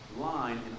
line